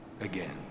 again